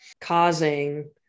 causing